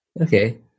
Okay